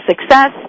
success